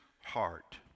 heart